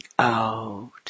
out